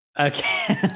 Okay